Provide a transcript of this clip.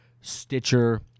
Stitcher